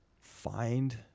find